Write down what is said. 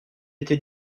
été